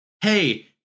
Hey